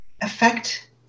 affect